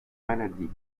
maladies